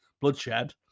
bloodshed